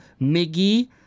Miggy